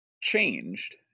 changed